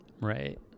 Right